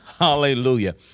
hallelujah